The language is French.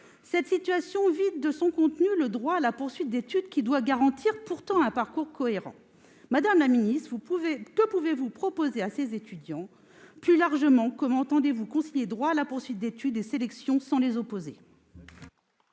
Cette situation vide de son contenu le droit à la poursuite d'études, qui doit pourtant garantir un parcours cohérent. Madame la ministre, que pouvez-vous proposer à ces étudiants ? Plus largement, comment entendez-vous concilier droit à la poursuite d'études et sélection sans les opposer ?